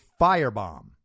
firebomb